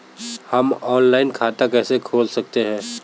हम ऑनलाइन खाता कैसे खोल सकते हैं?